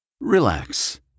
Relax